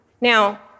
Now